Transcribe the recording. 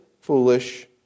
foolish